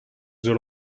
zor